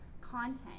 content